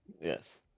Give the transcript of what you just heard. Yes